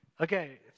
Okay